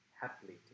happily